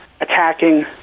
attacking